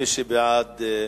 מי שמצביע בעד,